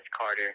carter